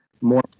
more